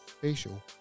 facial